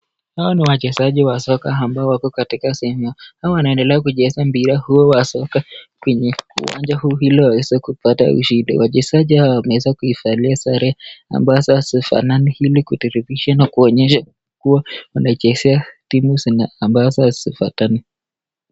Hawa ni wachezaji wa soka ambao wako katika sehemu ya. Hawa wanaendelea kucheza mpira huu wa soka kwenye uwanja huu ili waweze kupata ushindi . Wachezaji hawa wameweza kuivalia sare ambazo hazifanani ili kudhihirisha na kuonyesha kuwa wanachezea timu ambazo hazifuatani.